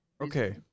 Okay